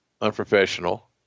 unprofessional